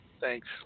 Thanks